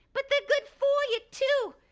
but they're good for ya too.